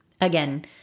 Again